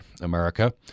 America